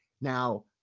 now